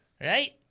Right